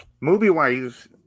Movie-wise